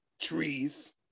trees